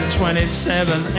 twenty-seven